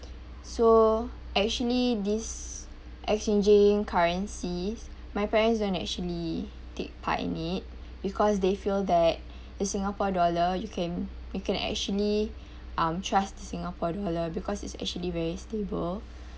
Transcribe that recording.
so actually this exchanging currencies my parents don't actually take part in it because they feel that in singapore dollar you can we can actually um trust the singapore dollar because it's actually very stable